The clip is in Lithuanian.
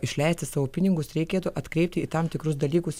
išleisti savo pinigus reikėtų atkreipti į tam tikrus dalykus